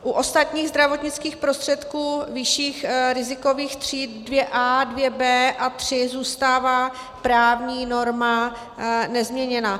U ostatních zdravotnických prostředků vyšších rizikových tříd 2A, 2B a 3 zůstává právní norma nezměněna.